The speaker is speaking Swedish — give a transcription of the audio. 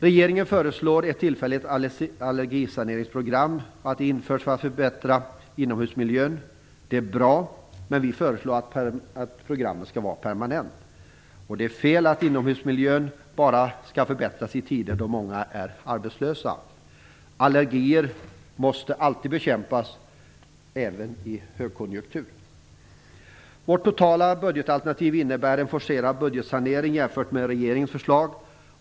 Regeringen föreslår att ett allergisaneringprogram införs för att förbättra inomhusmiljön. Det är bra, men vi föreslår att programmet skall vara permanent. Det är fel att inomhusmiljön bara skall förbättras i tider då många är arbetslösa. Allergier måste alltid bekämpas, även i tider av högkonjunktur. Vårt totala budgetalternativ innebär en forcerad budgetsanering jämfört med regeringens förslag.